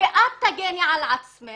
כדי להגן על עצמי